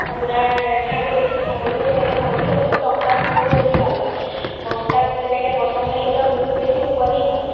আপোনাৰ ছাগলী ছাগলীও তেনেকৈ ছাগলী সিহঁতে টকতাত শুবলৈ বেছি ভাল পায় বস্তাত তেনেকৈ বস্তাত হ'লে সিহঁতৰ বহুত বেছি ওকণি হয়